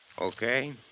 Okay